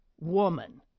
woman